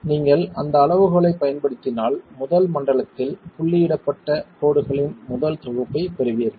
நீங்கள் அந்த அளவுகோலைப் பயன்படுத்தினால் முதல் மண்டலத்தில் புள்ளியிடப்பட்ட கோடுகளின் முதல் தொகுப்பைப் பெறுவீர்கள்